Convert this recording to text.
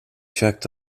checked